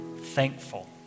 thankful